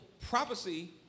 prophecy